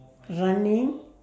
running